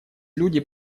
люди